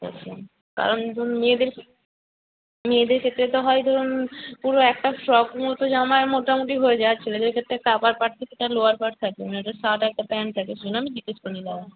কারণ ধরুন মেয়েদের মেয়েদের ক্ষেত্রে তো হয় ধরুন পুরো একটা ফ্রক মতো জামায় মোটামুটি হয়ে যায় আর ছেলেদের ক্ষেত্রে একটা আপার পার্ট থাকে একটা লোয়ার পার্ট থাকে মানে একটা শার্ট আর একটা প্যান্ট থাকে সেই জন্য জিজ্ঞেস করে নিলাম